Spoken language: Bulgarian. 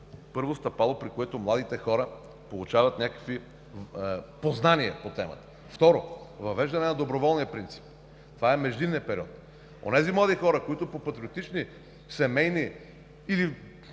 първо стъпало, при което младите хора получават някакви познания по темата. Второ, въвеждане на доброволния принцип. Това е междинният период – онези млади хора, които по патриотични, семейни или